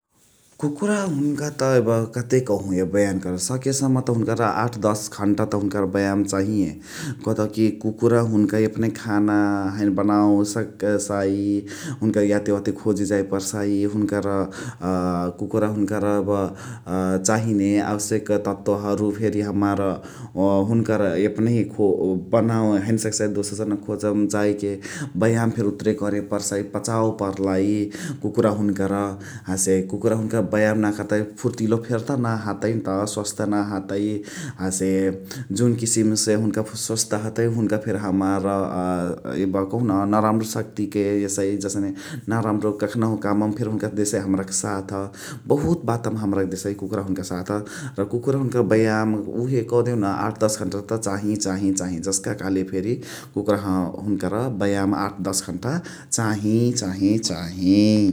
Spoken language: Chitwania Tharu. कुकुरा हुनुका त यब कतेक कहु यब बयाम करे सकेसइ । सक सम्म त हुनुकर आठ दस घन्ट बयाम चाही । कतउकी कुकुरा हुनुका यापन खाना हैने बनावे सकेसइ । हुनुका यते वाते जाय पर्साइ । हुनुकर कुकुरा हुनुकर यब चाहिने आवेसक तत्व हरु फेरी हमार हुनुकर यपनही खो बनावे हैने सकेसइ । दोसर जनक खोज्मा जाई के बयाम फेरी उतुरे करे पर्साइ, पचावे पर्लइ कुकुरा हुनुकर हसे कुकुरा हुनुकर बयाम नाही कर्तइ फुर्तिलो फेरी नाही हतइइन्त, सोवास्ते नाही हतइ । हसे जुन किसिमसे हुनुका सोवास्ते हतइ हुनुका फेरी हमार यब कहुन नराम्रो शक्ती के यसइ । जसने नराम्रो कखानहु काम्मा फेनी हुनुका देसइ हमरा के साथ बहुत बातमा हमारा के देसइ कुकुरा हुनुका साथ र कुकुरा बयाम उहे कह देउन आठ दस घन्ट त चाही चाही चाही जस्का कहले फेरी कुकुरा आठ दस घन्ट त चाही चाही चाही ।